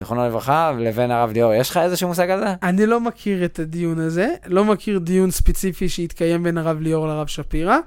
זכרונה לברכה לבין הרב ליאור יש לך איזה שהוא מושג אני לא מכיר את הדיון הזה לא מכיר דיון ספציפי שהתקיים בין הרב ליאור לרב שפירא.